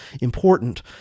important